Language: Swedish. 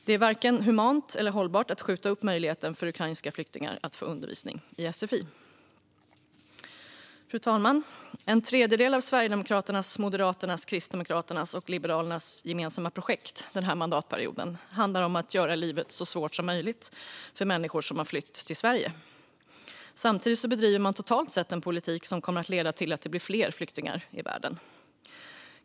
Det är varken humant eller hållbart att skjuta upp möjligheten för ukrainska flyktingar att få undervisning i sfi. Fru talman! En tredjedel av Sverigedemokraternas, Moderaternas, Kristdemokraternas och Liberalernas gemensamma projekt den här mandatperioden handlar om att göra livet så svårt som möjligt för människor som har flytt till Sverige. Samtidigt bedriver man totalt sett en politik som kommer att leda till att det blir fler flyktingar i världen.